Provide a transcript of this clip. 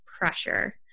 pressure